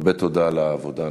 הרבה תודה על העבודה.